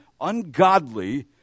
ungodly